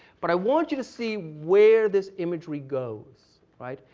but i want you to see where this imagery goes, right?